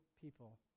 people